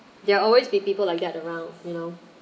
there always be people like that around you know